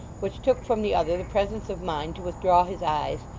which took from the other the presence of mind to withdraw his eyes,